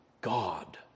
God